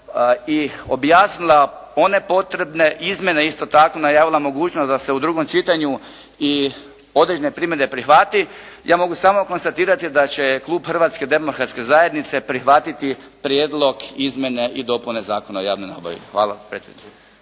i objasnila one potrebne izmjene, isto tako najavila mogućnost da se u drugom čitanju i određene primjene prihvati, ja mogu samo konstatirati da će klub Hrvatske demokratske zajednice prihvatiti Prijedlog izmjene i dopune Zakona o javnoj nabavi. Hvala.